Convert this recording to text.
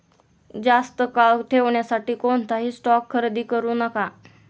जास्त काळ ठेवण्यासाठी कोणताही स्टॉक खरेदी करू नका